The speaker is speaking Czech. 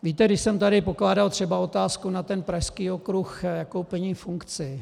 Víte, když jsem tady pokládal třeba otázku na ten pražský okruh, jakou plní funkci.